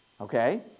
okay